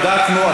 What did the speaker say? בדקנו,